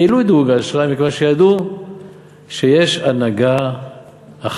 העלו את דירוג האשראי מכיוון שידעו שיש הנהגה אחראית.